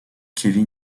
kevin